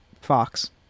Fox